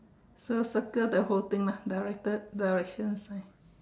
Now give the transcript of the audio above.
so circle the whole thing lah director direction sign